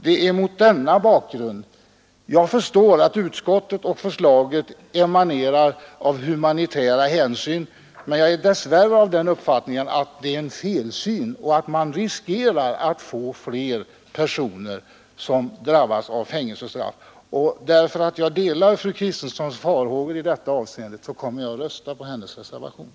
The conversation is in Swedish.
Jag förstår att det förslag som utskottet här tillstyrkt har humanitära hänsyn som bakgrund. Men jag är dess värre av den uppfattningen att det är en felsyn och att man riskerar att fler personer kommer att drabbas av fängelsestraff. Fru talman! Därför att jag alltså delar fru Kristenssons farhågor i detta avseende kommer jag att rösta för hennes reservation.